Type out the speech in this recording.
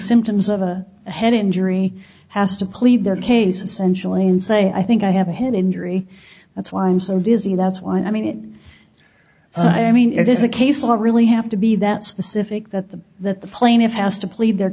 symptoms of a head injury has to plead their case essentially in saying i think i have a head injury that's why i'm so dizzy that's why i mean it so i mean it is a case of not really have to be that specific that the that the plaintiff has to plead their